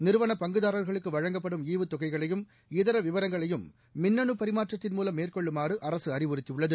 நிறுவன பங்குதாரர்களுக்கு வழங்கப்படும் ஈவுத்தொகைகளையும் இதர விவரங்களையும் மின்னனு பரிமாற்றத்தின் மூலம் மேற்கொள்ளுமாறு அரசு அறிவுறுத்தியுள்ளது